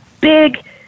big